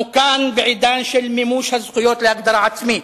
אנחנו כאן בעידן של מימוש הזכויות להגדרה עצמית,